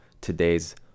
today's